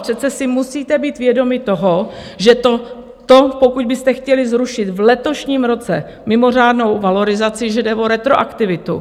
Přece si musíte být vědomi toho, že pokud byste chtěli zrušit v letošním roce mimořádnou valorizaci, že jde o retroaktivitu.